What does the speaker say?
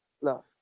love